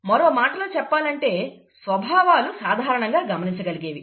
మరో మాటలో చెప్పాలంటే స్వభావాలు సాధారణంగా గమనించగలిగేవి